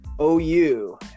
OU